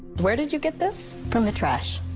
where did you get this? from the trash.